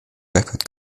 record